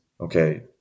okay